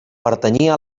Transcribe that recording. pertanyia